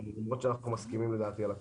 למרות שלדעתי אנחנו כבר מסכימים על הכול.